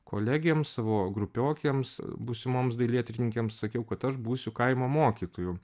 kolegėm savo grupiokėms būsimoms dailėtyrininkėms sakiau kad aš būsiu kaimo mokytoju